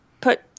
put